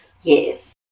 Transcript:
Yes